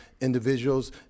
individuals